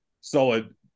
solid